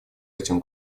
этим